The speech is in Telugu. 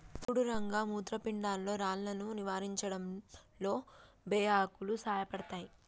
సుడు రంగ మూత్రపిండాల్లో రాళ్లను నివారించడంలో బే ఆకులు సాయపడతాయి